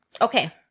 okay